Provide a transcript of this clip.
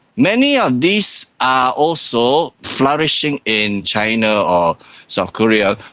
many of these are also flourishing in china or south korea,